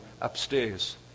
upstairs